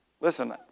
Listen